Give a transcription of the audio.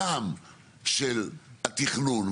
גם של התכנון,